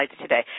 today